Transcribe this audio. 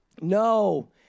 No